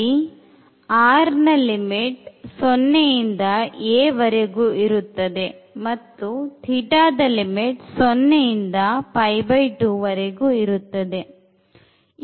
ಹಾಗಾಗಿ ಲಿಮಿಟ್ 0 ಇಂದ a ವರೆಗೂ ಇರುತ್ತದೆ ಮತ್ತು θ ದ ಲಿಮಿಟ್ ಸೊನ್ನೆಯಿಂದ 2 ವರೆಗೂ ಇರುತ್ತದೆ